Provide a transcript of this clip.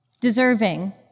deserving